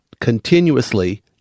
continuously